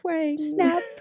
Snap